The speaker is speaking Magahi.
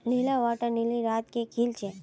नीला वाटर लिली रात के खिल छे